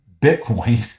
Bitcoin